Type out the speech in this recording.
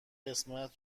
قسمت